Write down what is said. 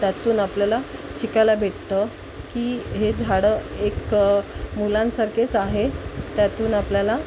त्यातून आपल्याला शिकायला भेटतं की हे झाडं एक मुलांसारखेच आहे त्यातून आपल्याला